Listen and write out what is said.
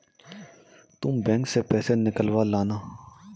तुम बैंक से पैसे निकलवा लाना